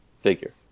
figure